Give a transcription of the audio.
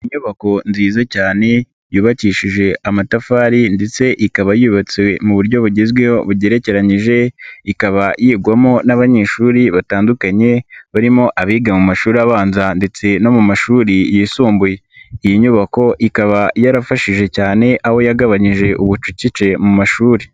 Inyubako nziza cyane yubakishije amatafari ndetse ikaba yubatse mu buryo bugezweho bugekereranyije, ikaba yigwamo n'abanyeshuri batandukanye barimo abiga mu mashuri abanza ndetse no mu mashuri yisumbuye. Iyi nyubako ikaba yarafashije cyane aho yagabanyije ubucucike mu mashuri.